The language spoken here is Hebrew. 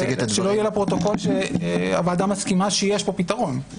שלא יהיה בפרוטוקול שהוועדה מסכימה שיש פה פתרון כרגע.